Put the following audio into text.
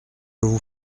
vous